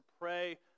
pray